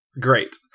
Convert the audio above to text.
Great